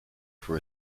for